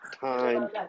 time